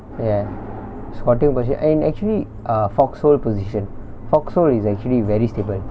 ya squatting position and actually uh fox hole position fox hole is actually very stable